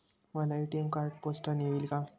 मला ATM card पोस्टाने येईल का?